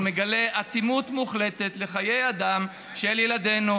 והוא מגלה אטימות מוחלטת לחיי אדם של ילדינו.